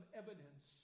evidence